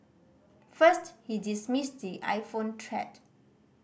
first he dismissed the iPhone threat